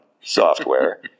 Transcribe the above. software